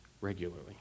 regularly